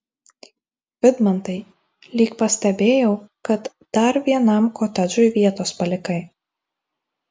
vidmantai lyg pastebėjau kad dar vienam kotedžui vietos palikai